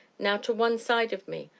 now to one side of me,